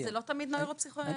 זה לא תמיד נוירופסיכולוגית.